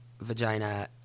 vagina